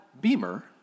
Beamer